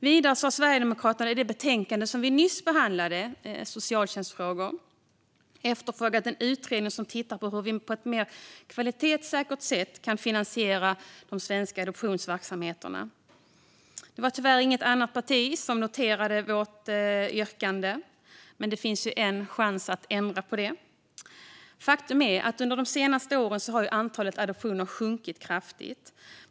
Vidare har Sverigedemokraterna i det betänkande som vi nyss behandlade, Socialtjänst och barnfrågor , efterfrågat en utredning som tittar på hur vi på ett mer kvalitetssäkert sätt kan finansiera de svenska adoptionsverksamheterna. Det var tyvärr inget annat parti som noterade vårt yrkande, men det finns ju chans att ändra på det. Faktum är att under de senaste åren har antalet adoptioner sjunkit kraftigt.